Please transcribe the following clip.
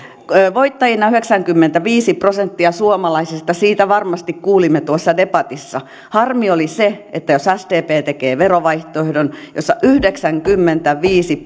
voittajina yhdeksänkymmentäviisi prosenttia suomalaisista siitä varmasti kuulimme tuossa debatissa harmi oli se että jos sdp tekee verovaihtoehdon jossa yhdeksänkymmentäviisi